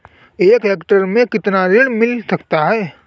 एक हेक्टेयर में कितना ऋण मिल सकता है?